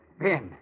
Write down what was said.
Ben